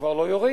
כבר לא יורים.